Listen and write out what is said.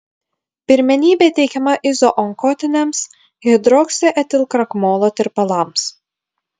pirmenybė teikiama izoonkotiniams hidroksietilkrakmolo tirpalams